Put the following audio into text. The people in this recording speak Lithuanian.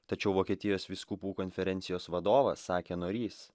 tačiau vokietijos vyskupų konferencijos vadovas sakė norįs